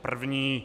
První.